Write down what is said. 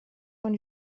von